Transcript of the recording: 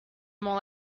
more